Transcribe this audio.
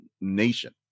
nation